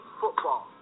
football